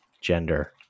gender